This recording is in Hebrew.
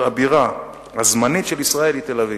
הבירה הזמנית של ישראל היא תל-אביב.